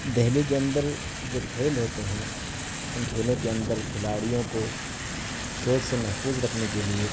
دہلی کے اندر جو کھیل ہوتے ہیں ان کھیلوں کے اندرکھلاڑیوں کو چوٹ سے محفوظ رکھنے کے لیے